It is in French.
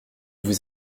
vous